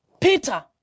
Peter